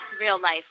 real-life